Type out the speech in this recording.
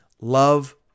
Love